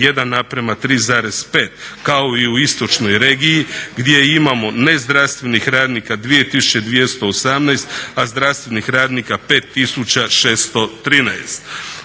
omjer 1:3,5 kao i u istočnoj regiji gdje imamo ne zdravstvenih radnika 2218, a zdravstvenih radnika 5613.